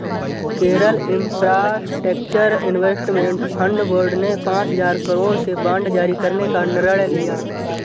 Kerala infrastructure investment fund board ने पांच हजार करोड़ के बांड जारी करने का निर्णय लिया